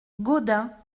gaudin